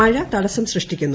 മഴ തടസം സൃഷ്ടിക്കുന്നു